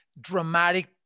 dramatic